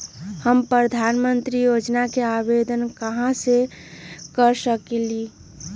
हम प्रधानमंत्री योजना के आवेदन कहा से कर सकेली?